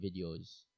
videos